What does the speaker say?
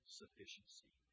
sufficiency